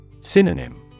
Synonym